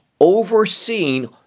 overseeing